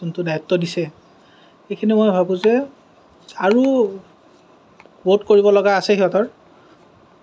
যোনটো দায়িত্ব দিছে এইখিনি মই ভাৱো যে আৰু বহুত কৰিব লগা আছে সিহঁতৰ